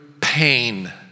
pain